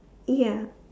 ya